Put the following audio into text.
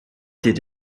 did